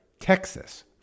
Texas